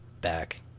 back